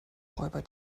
räuber